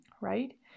right